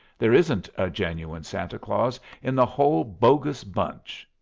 there isn't a genuine santa claus in the whole bogus bunch.